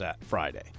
Friday